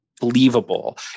believable